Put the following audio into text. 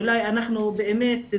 אולי אנחנו באמת,